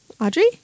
Audrey